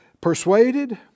Persuaded